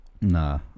Nah